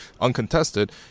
uncontested